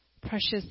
precious